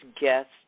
guest